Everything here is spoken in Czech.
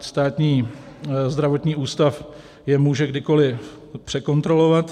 Státní zdravotní ústav je může kdykoli překontrolovat.